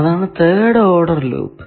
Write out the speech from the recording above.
അതാണ് third order loop